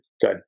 Good